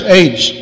age